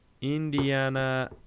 Indiana